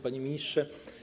Panie Ministrze!